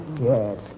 Yes